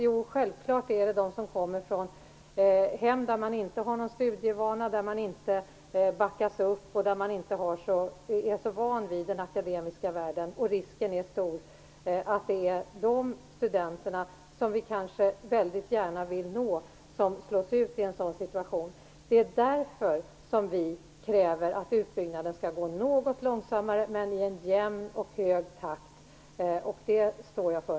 Jo, självklart är det de som kommer från hem där man inte har någon studievana, där man inte backas upp och där man inte är så van vid den akademiska världen. Risken är stor att det är just de studenter som vi väldigt gärna vill nå som slås ut i en sådan situation. Det är därför vi kräver att utbyggnaden skall gå något långsammare men i en jämn och hög takt, och det står jag för.